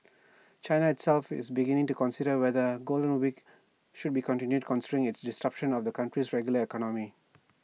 China itself is beginning to consider whether golden weeks should be continued considering its disruptions to the country's regular economy